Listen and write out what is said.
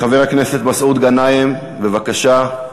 חבר הכנסת מסעוד גנאים, בבקשה.